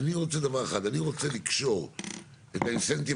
אני רוצה דבר אחד: אני רוצה לקשור את האינסנטיב